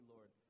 Lord